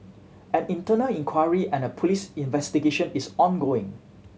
an internal inquiry and a police investigation is ongoing